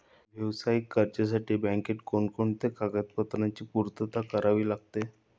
व्यावसायिक कर्जासाठी बँकेत कोणकोणत्या कागदपत्रांची पूर्तता करावी लागते?